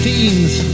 Teens